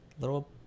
little